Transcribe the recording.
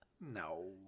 No